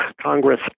Congress